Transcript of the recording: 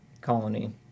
colony